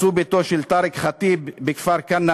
הרסו ביתו של טארק ח'טיב בכפר-כנא,